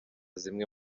zimwe